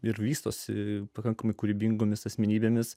ir vystosi pakankamai kūrybingomis asmenybėmis